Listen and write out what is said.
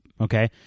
Okay